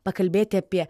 pakalbėti apie